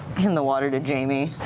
hand the water to jamie.